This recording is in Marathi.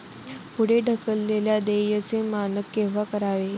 पुढे ढकललेल्या देयचे मानक केव्हा करावे?